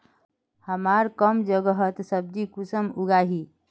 हमार कम जगहत सब्जी कुंसम उगाही?